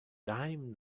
dime